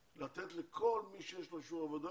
לתת לכל מי שיש לו אישור עבודה,